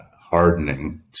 hardening